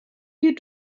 you